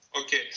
Okay